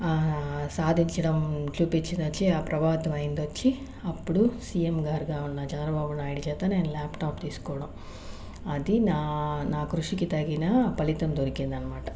సాధించడం చూపిచ్చినచే ఆ ప్రభావితం అయ్యిందచ్చి అప్పుడు సీఎం గారుగా ఉన్న చంద్రబాబు నాయుడు చేత నేను ల్యాప్టాప్ తీసుకోవడం అది నా నా కృషికి తగిన ఫలితం దొరికింది అనమాట